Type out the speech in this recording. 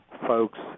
folks